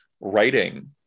writing